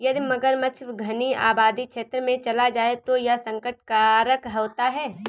यदि मगरमच्छ घनी आबादी क्षेत्र में चला जाए तो यह संकट कारक होता है